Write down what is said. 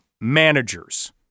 managers